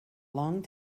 long